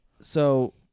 so-